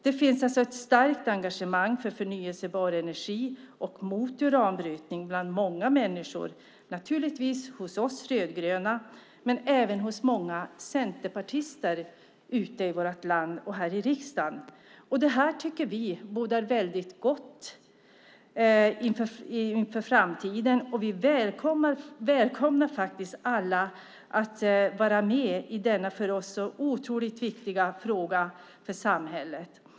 Det finns ett starkt engagemang för förnybar energi och mot utanbrytning hos många människor, naturligtvis hos oss rödgröna men även hos många centerpartister ute i vårt land och här i riksdagen. Det bådar gott inför framtiden, och vi välkomnar alla att vara med i denna för samhället så viktiga fråga.